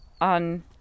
on